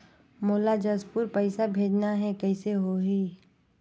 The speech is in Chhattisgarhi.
मोला जशपुर पइसा भेजना हैं, कइसे होही?